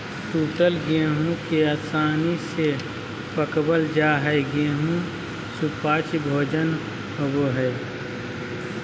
टूटल गेहूं के आसानी से पकवल जा हई गेहू सुपाच्य भोजन होवई हई